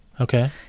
Okay